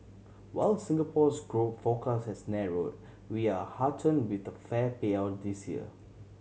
while Singapore's growth forecast has narrowed we are heartened with the fair payout this year